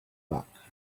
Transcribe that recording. back